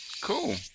cool